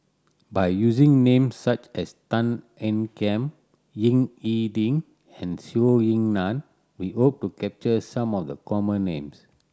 by using names such as Tan Ean Kiam Ying E Ding and Zhou Ying Nan we hope to capture some of the common names